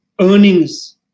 earnings